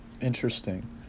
Interesting